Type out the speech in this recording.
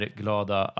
glada